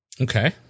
Okay